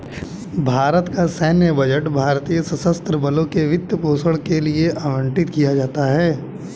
भारत का सैन्य बजट भारतीय सशस्त्र बलों के वित्त पोषण के लिए आवंटित किया जाता है